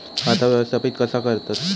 खाता व्यवस्थापित कसा करतत?